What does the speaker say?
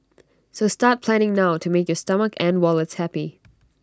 so start planning now to make your stomach and wallets happy